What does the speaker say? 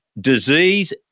disease